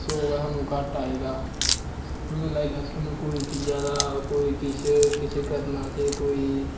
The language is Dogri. सौ गै सानूं घाटा ऐ एह्दा इ'यां लाई लैओ सानूं कोई चीज़ां दा कोई किश किश करना असें कोई